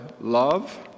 love